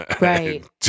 Right